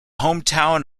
hometown